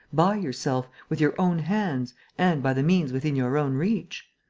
by yourself, with your own hands and by the means within your own reach?